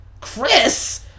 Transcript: Chris